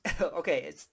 okay